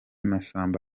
massamba